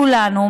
כולנו,